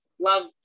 love